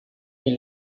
ils